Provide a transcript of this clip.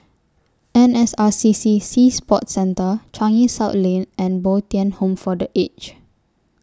N S R C C Sea Sports Centre Changi South Lane and Bo Tien Home For The Aged